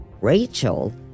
Rachel